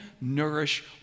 nourish